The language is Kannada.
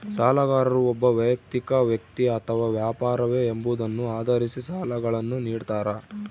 ಸಾಲಗಾರರು ಒಬ್ಬ ವೈಯಕ್ತಿಕ ವ್ಯಕ್ತಿ ಅಥವಾ ವ್ಯಾಪಾರವೇ ಎಂಬುದನ್ನು ಆಧರಿಸಿ ಸಾಲಗಳನ್ನುನಿಡ್ತಾರ